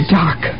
dark